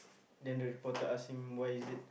then the reporter ask him why is it